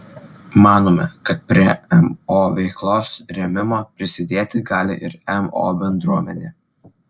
manome kad prie mo veiklos rėmimo prisidėti gali ir mo bendruomenė